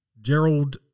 Gerald